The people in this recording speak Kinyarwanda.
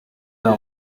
nta